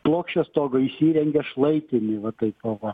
plokščio stogo įsirengė šlaitinį va taip va va